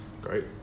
great